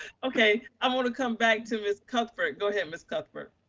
okay. i'm gonna come back to ms. cuthbert. go ahead, ms. cuthbert.